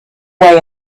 way